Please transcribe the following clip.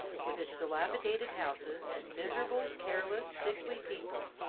with its dilapidated houses and miserable, careless, sickly people.